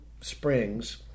Springs